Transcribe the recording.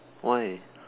why